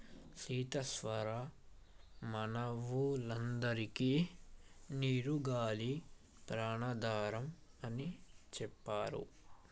సీత సర్వ మానవులందరికే నీరు గాలి ప్రాణాధారం అని సెప్తారు